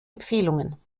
empfehlungen